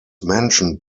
mentioned